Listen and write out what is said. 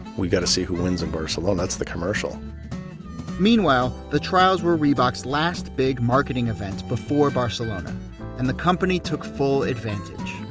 we gotta see who wins in barcelona, that's the commercial meanwhile, the trials were reebok's last big marketing event before barcelona and the company took full advantage